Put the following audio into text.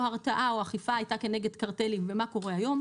הרתעה או אכיפה הייתה כנגד קרטלים ומה קורה היום,